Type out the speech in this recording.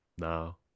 No